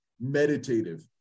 meditative